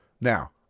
Now